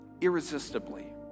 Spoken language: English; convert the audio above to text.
irresistibly